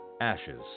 Ashes